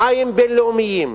מים בין-לאומיים,